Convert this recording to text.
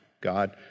God